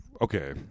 okay